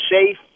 safe